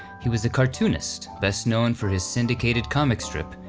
he was a cartoonist best known for his syndicated comic strip,